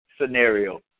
scenario